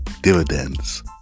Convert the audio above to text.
Dividends